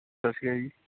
ਸਤਿ ਸ਼੍ਰੀ ਅਕਾਲ ਜੀ